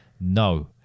No